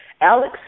Alex